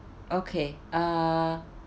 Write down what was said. okay uh